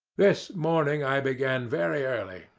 this morning i began very early,